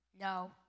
no